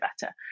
better